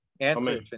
Answer